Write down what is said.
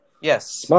Yes